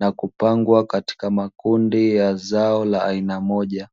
na kupangwa katika makundi ya zao la aina moja.